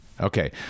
Okay